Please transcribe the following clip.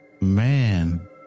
Man